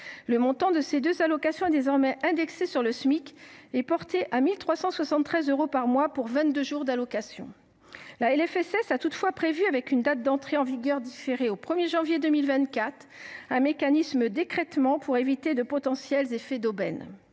modalités. Ces deux allocations sont désormais indexées sur le Smic et portées à 1 373 euros par mois pour vingt deux jours d’allocation. La LFSS a toutefois prévu, avec une date d’entrée en vigueur différée au 1janvier 2024, un mécanisme d’écrêtement pour éviter les effets d’aubaine.